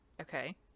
Okay